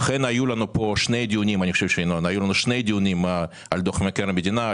אכן היו לנו כאן שני דיונים על דוח מבקר המדינה,